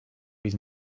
his